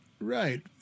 right